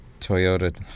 Toyota